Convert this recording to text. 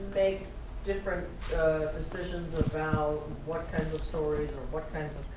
different decisions about what kinds of stories or what kinds